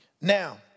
Now